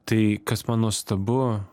tai kas man nuostabu